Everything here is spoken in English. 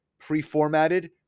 pre-formatted